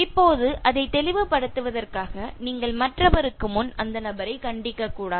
இப்போது அதை தெளிவுபடுத்துவதற்காக நீங்கள் மற்றவருக்கு முன் அந்த நபரை கண்டிக்கக்கூடாது